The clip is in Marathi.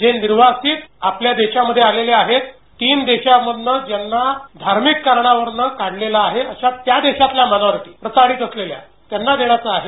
जेनिर्वासितआपल्यादेशामध्येआलेलेआहेत तीनदेशांमधनंज्यांनाधार्मिककारणांवरनंकाढलेलंआहे आशात्यादेशातल्यामायनोरिटी प्रताडीत असलेल्या त्यांना देण्याचा आहे